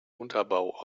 unterbau